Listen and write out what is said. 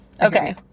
Okay